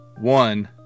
One